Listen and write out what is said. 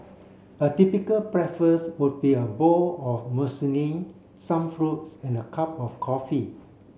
a typical breakfast would be a bowl of some fruits and a cup of coffee